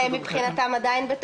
בכנסת.